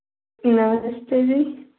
नमस्ते जी